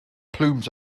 plumes